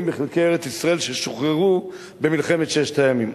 בחלקי ארץ-ישראל ששוחררו במלחמת ששת הימים.